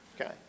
Okay